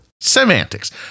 Semantics